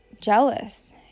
jealous